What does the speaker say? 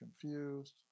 confused